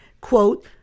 quote